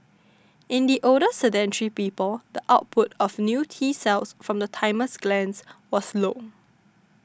in the older sedentary people the output of new T cells from the thymus glands was low